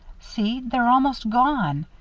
see, they're almost gone.